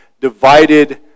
divided